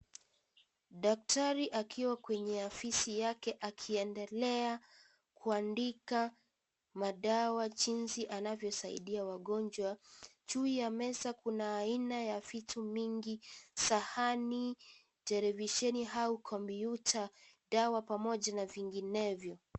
Daktari akiwa kwenye ofisi yake akiendelea kuandika madawa jinsi anavyosaidia wagonjwa. Juu ya meza kuna aina ya vitu nyingi sahani, televisheni au kompyuta, dawa pamoja na vinginevyo.